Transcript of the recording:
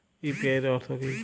UPI এর অর্থ কি?